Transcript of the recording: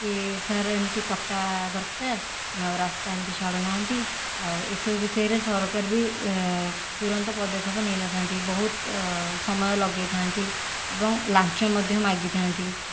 କି ସାର୍ ଏମିତି ପଟା ଦରକାର ଆଉ ରାସ୍ତା ଏମିତି ଛାଡ଼ୁନାହାନ୍ତି ଆଉ ଏହି ସବୁ ବିଷୟରେ ସରକାର ବି ତୁରନ୍ତ ପଦକ୍ଷେପ ନେଇ ନଥାନ୍ତି ବହୁତ ସମୟ ଲଗେଇଥାନ୍ତି ଏବଂ ଲାଞ୍ଚ ମଧ୍ୟ ମାଗିଥାନ୍ତି